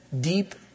deep